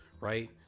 right